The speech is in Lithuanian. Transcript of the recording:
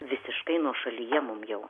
visiškai nuošalyje mum jau